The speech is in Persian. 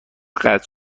قطع